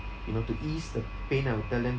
you know to ease the pain I would tell them